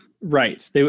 right